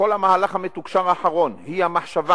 ובכל המהלך המתוקשר האחרון היא המחשבה